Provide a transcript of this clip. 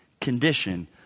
condition